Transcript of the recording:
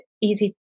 easy